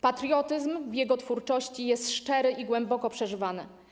Patriotyzm w jego twórczości jest szczery i głęboko przeżywany.